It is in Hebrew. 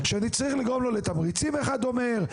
שאני צריך לגרום לו לתמריצים אחד אומר,